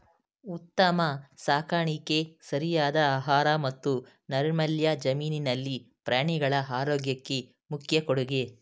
ಉತ್ತಮ ಸಾಕಾಣಿಕೆ ಸರಿಯಾದ ಆಹಾರ ಮತ್ತು ನೈರ್ಮಲ್ಯ ಜಮೀನಿನಲ್ಲಿ ಪ್ರಾಣಿಗಳ ಆರೋಗ್ಯಕ್ಕೆ ಮುಖ್ಯ ಕೊಡುಗೆ